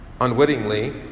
Unwittingly